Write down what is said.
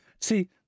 See